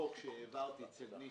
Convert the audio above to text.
חוק שהעברתי אצל ניסן,